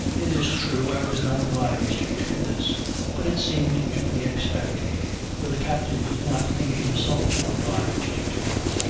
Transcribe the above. it is true i was not obliged to do this but it seemed to be expected for the captain did not think himself obliged to do it,